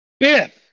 fifth